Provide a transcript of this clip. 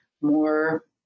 more